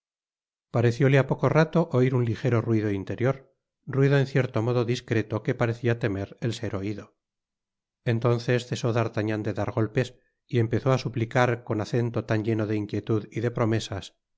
parecióte á poco rato oir un lijeró ruido interior ruido en cierto modo dis cróto que parecia temer el ser oido entonces cesód'artagnan de dar golpes y empezó á suplicar con acento tan lleno de inquietud y de promesas